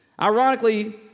Ironically